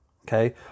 Okay